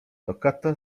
toccata